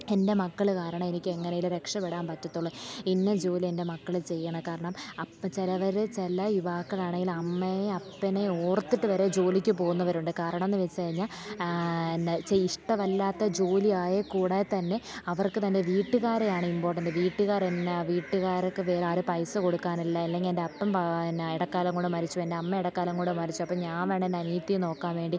എൻ്റെ മക്കൾ കാരണം എനിക്കെങ്ങനെയെങ്കിലും രക്ഷപ്പെടാൻ പറ്റത്തുള്ളൂ ഇന്ന ജോലി എൻ്റെ മക്കൾ ചെയ്യണം കാരണം അപ്പം ചിലവർ ചില യുവാക്കളാണെങ്കിൽ അമ്മയെയും അപ്പനെയും ഓർത്തിട്ടു വരെ ജോലിക്കു പോകുന്നവരുണ്ട് കാരണമെന്നു വെച്ചു കഴിഞ്ഞാൽ എന്താ ഇഷ്ടമല്ലാത്ത ജോലി ആയി കൂടെ തന്നെ അവർക്ക് തന്നെ വീട്ടുകാരെ ആണ് ഇമ്പോർട്ടൻറ്റ് വീട്ടുകാരെന്ന വീട്ടുകാർക്ക് വേറെ ആരും പൈസ കൊടുക്കാനില്ല ഇല്ലെങ്കിൽ എൻ്റെ അപ്പൻ ഇടക്കാലം കൊണ്ടു മരിച്ചു എൻ്റെ അമ്മ ഇടക്കാലം കൊണ്ടു മരിച്ചു അപ്പം ഞാൻ വേണം എൻ്റെ അനിയത്തിയെ നോക്കാൻ വേണ്ടി